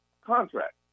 contract